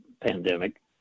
pandemic